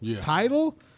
Title